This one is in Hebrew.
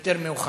יותר מאוחר.